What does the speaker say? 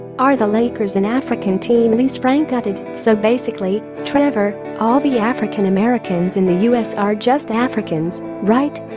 are the lakers an african team elise frank added so basically, trevor, all the african-americans in the us are just africans, right?